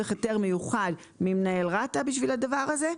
צריך היתר מיוחד ממנהל רת"א בשביל הדבר הזה.